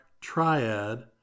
triad